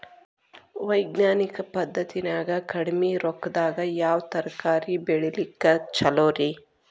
ವೈಜ್ಞಾನಿಕ ಪದ್ಧತಿನ್ಯಾಗ ಕಡಿಮಿ ರೊಕ್ಕದಾಗಾ ಯಾವ ತರಕಾರಿ ಬೆಳಿಲಿಕ್ಕ ಛಲೋರಿ?